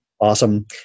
awesome